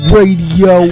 Radio